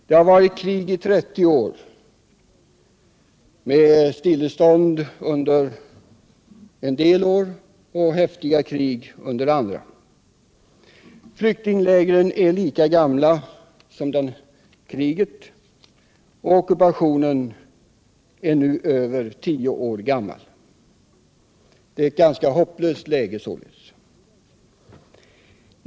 Det har varit krig i 30 år med stillestånd under en del år och häftiga krig under andra. Flyktinglägren är lika gamla som kriget, och ockupationen är nu över tio år. Det är således ett ganska hopplöst läge.